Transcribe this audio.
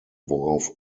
worauf